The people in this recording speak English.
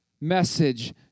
message